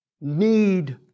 need